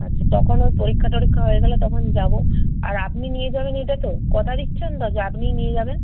আচ্ছা তখন ওই পরীক্ষা টরীক্ষা হয়ে গেলে তখন যাব আর আপনি নিয়ে যাবেন এটা তো কথা দিচ্ছেন তো যে আপনিই নিয়ে যাবেন